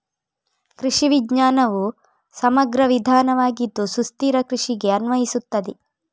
ಕೃಷಿ ವಿಜ್ಞಾನವು ಸಮಗ್ರ ವಿಧಾನವಾಗಿದ್ದು ಸುಸ್ಥಿರ ಕೃಷಿಗೆ ಅನ್ವಯಿಸುತ್ತದೆ